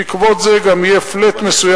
בעקבות זה גם יהיה flat מסוים,